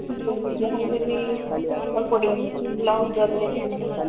ଯାହା ହେଲେବି ଦୁଇ ଥର ଦେବାକୁ ପଡ଼ିବନା ଲଙ୍ଗ୍ ଜର୍ଣ୍ଣିଂ ଯେହେତୁ